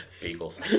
Beagles